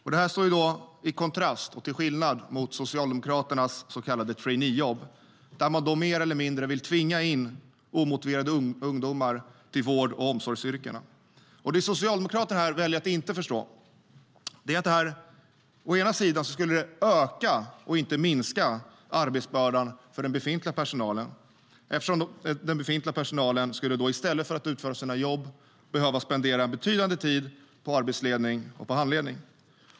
Det här står i kontrast till Socialdemokraternas så kallade traineejobb där man mer eller mindre vill tvinga in omotiverade ungdomar i vård och omsorgsyrkena. Det som Socialdemokraterna väljer att inte förstå är att det skulle öka och inte minska arbetsbördan för den befintliga personalen eftersom de då i stället för att utföra sina jobb skulle behöva spendera betydande tid på arbetsledning och handledning.